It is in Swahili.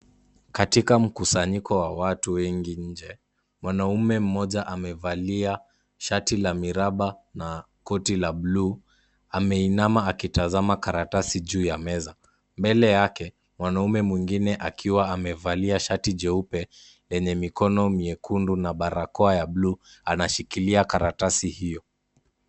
Katika mkusanyiko wa watu wengi nje. Mwanaume mmoja amevalia shati la miraba na koti la bluu. Ameinama akitazama karatasi juu ya meza. Mbele yake mwanaume mwingine akiwa amevalia shati jeupe lenye mikono miekundu na barakoa ya bluu anashikilia karatasi hiyo.